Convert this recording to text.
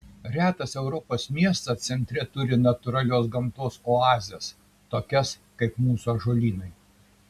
retas europos miestas centre turi natūralios gamtos oazes tokias kaip mūsų ąžuolynai